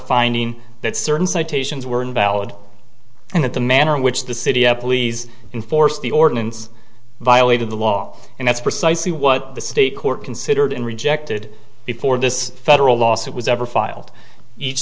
finding that certain citations were invalid and that the manner in which the city of police enforced the ordinance violated the law and that's precisely what the state court considered and rejected before this federal lawsuit was ever filed each